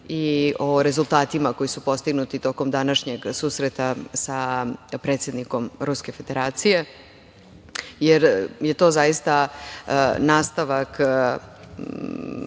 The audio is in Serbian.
i o rezultatima koji su postignuti tokom današnjeg susreta sa predsednikom Ruske Federacije, jer je to zaista nastavak